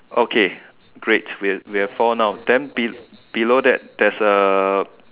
okay great we have we have found out then below below that there's a